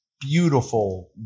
beautiful